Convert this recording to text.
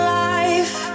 life